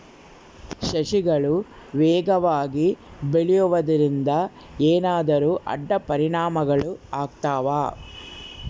ಸಸಿಗಳು ವೇಗವಾಗಿ ಬೆಳೆಯುವದರಿಂದ ಏನಾದರೂ ಅಡ್ಡ ಪರಿಣಾಮಗಳು ಆಗ್ತವಾ?